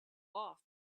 off